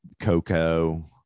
Coco